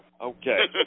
Okay